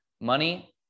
money